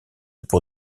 pour